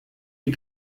die